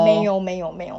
没有没有没有